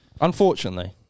Unfortunately